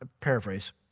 Paraphrase